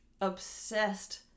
obsessed